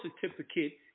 certificate